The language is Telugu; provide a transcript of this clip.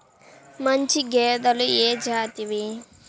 మంచి గేదెలు ఏ జాతివి?